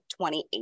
2018